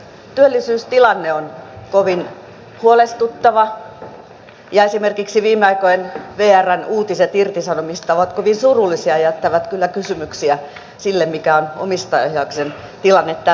työllisyystilanne on kovin huolestuttava ja esimerkiksi viime aikojen uutiset vrn irtisanomisista ovat kovin surullisia ja jättävät kyllä kysymyksiä siitä mikä on omistajaohjauksen tilanne tällä hetkellä